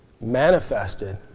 manifested